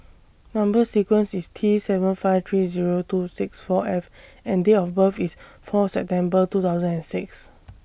Number sequence IS T seven five three Zero two six four F and Date of birth IS four September two thousand and six